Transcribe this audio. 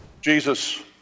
Jesus